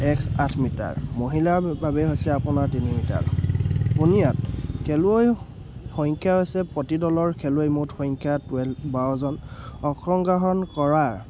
এক আঠ মিটাৰ মহিলাৰ বাবে হৈছে আপোনাৰ তিনি মিটাৰ পুনিয়াত খেলুৱৈ সংখ্যা হৈছে প্ৰতি দলৰ খেলুৱৈ মুঠ সংখ্যা টুৱেল্ভ বাৰজন অংশগ্ৰহণ কৰাৰ